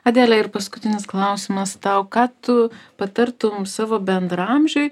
adele ir paskutinis klausimas tau ką tu patartum savo bendraamžiui